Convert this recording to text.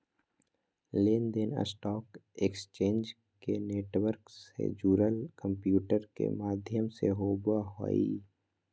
लेन देन stock exchange के network से जुड़ल कंम्प्यूटर के माध्यम से होबो हइ